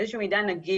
איזשהו מידע נגיש,